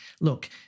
look